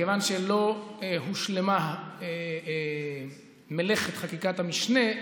מכיוון שלא הושלמה מלאכת חקיקת המשנה,